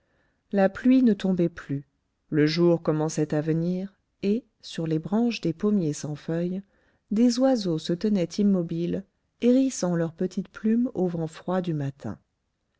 la pluie ne tombait plus le jour commençait à venir et sur les branches des pommiers sans feuilles des oiseaux se tenaient immobiles hérissant leurs petites plumes au vent froid du matin